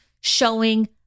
showing